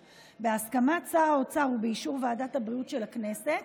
בהסכמת שר האוצר ובאישור ועדת הבריאות של הכנסת,